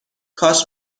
کاش